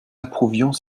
approuvions